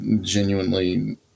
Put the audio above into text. genuinely